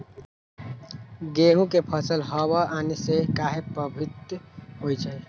गेंहू के फसल हव आने से काहे पभवित होई छई?